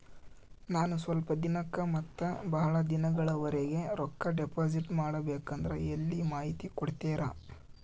ನಾನು ಸ್ವಲ್ಪ ದಿನಕ್ಕ ಮತ್ತ ಬಹಳ ದಿನಗಳವರೆಗೆ ರೊಕ್ಕ ಡಿಪಾಸಿಟ್ ಮಾಡಬೇಕಂದ್ರ ಎಲ್ಲಿ ಮಾಹಿತಿ ಕೊಡ್ತೇರಾ?